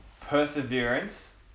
perseverance